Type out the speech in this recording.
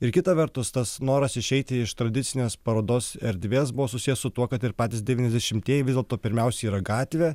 ir kita vertus tas noras išeiti iš tradicinės parodos erdvės buvo susijęs su tuo kad ir patys devyniasdešimtieji vis dėlto pirmiausia yra gatvė